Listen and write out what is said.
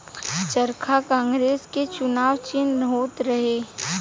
चरखा कांग्रेस के चुनाव चिन्ह होत रहे